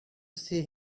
see